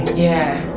yeah.